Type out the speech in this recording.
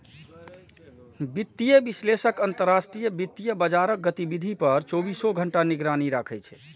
वित्तीय विश्लेषक अंतरराष्ट्रीय वित्तीय बाजारक गतिविधि पर चौबीसों घंटा निगरानी राखै छै